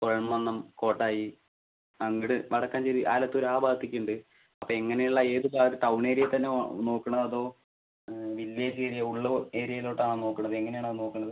കുഴൽമന്ദം കോട്ടായി അങ്ങോട്ട് വടക്കാഞ്ചേരി ആലത്തൂർ ആ ഭാഗത്തൊക്കെ ഉണ്ട് അപ്പോൾ എങ്ങനെ ഉള്ള ഏത് ഭാഗത്ത് ടൗൺ ഏരിയയിൽത്തന്നെ നോക്കണോ അതോ വില്ലേജ് ഏരിയ ഉൾ ഏരിയയിലോട്ടാണോ നോക്കുന്നത് എങ്ങനെ ആണ് അത് നോക്കുന്നത്